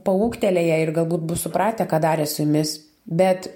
paūgtelėję ir galbūt bus supratę ką darė su jumis bet